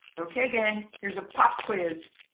ok, gang, here's a pop quiz.